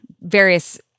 various